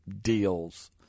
deals